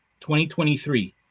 2023